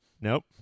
Nope